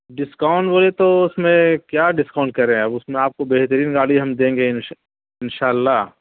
discount بولے تو اس میں کیا ڈسکاؤنٹ کریں ہیں اس میں آپ کو بہترین گاڑی ہم دیں گے انشاء انشاء اللہ